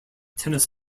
tennis